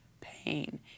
pain